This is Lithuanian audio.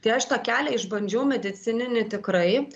tai aš tą kelią išbandžiau medicininį tikrai